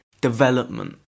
development